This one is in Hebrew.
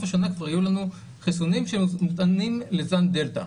השנה כבר יהיו לנו חיסונים שניתנים לזן דלתא,